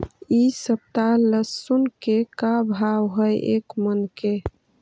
इ सप्ताह लहसुन के का भाव है एक मन के?